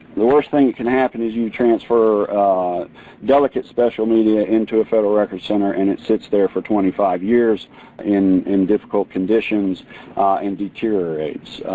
the worst thing that can happen is you transfer delicate special media into a federal record center and it sits there for twenty five years in in difficult conditions and deteriorates.